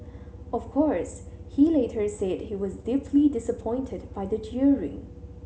of course he later said he was deeply disappointed by the jeering